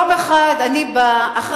יום אחד אני באה,